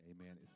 Amen